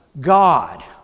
God